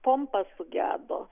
pompa sugedo